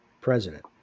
president